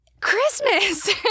Christmas